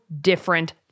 different